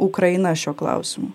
ukraina šiuo klausimu